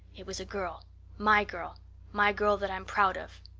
it was a girl my girl my girl that i'm proud of.